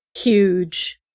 huge